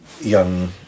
young